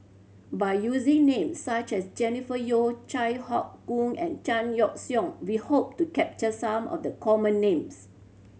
by using name such as Jennifer Yeo Chai Hon Yoong and Chan Yoke we hope to capture some of the common names